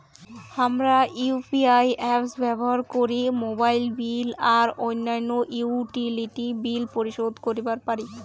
হামরা UPI apps ব্যবহার করি মোবাইল বিল আর অইন্যান্য ইউটিলিটি বিল পরিশোধ করিবা পারি